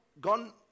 gone